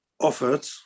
offered